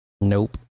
Nope